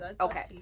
Okay